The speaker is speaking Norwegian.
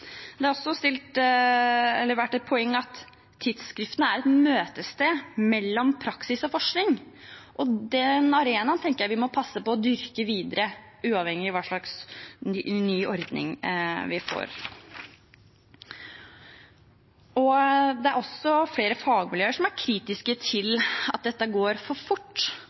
Det har også vært et poeng at tidsskriftene er et møtested mellom praksis og forskning, og den arenaen tenker jeg vi må passe på å dyrke videre, uavhengig av hva slags ny ordning vi får. Det er flere fagmiljøer som er kritiske til at dette går for fort.